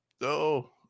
No